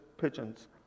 pigeons